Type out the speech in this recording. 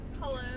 Hello